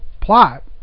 plot